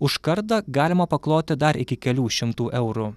už kardą galima pakloti dar iki kelių šimtų eurų